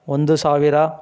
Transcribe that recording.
ಒಂದು ಸಾವಿರ